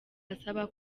asaba